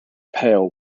pale